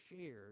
shared